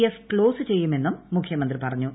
F close ചെയ്യുമെന്നും മുഖ്യമന്ത്രി പറഞ്ഞു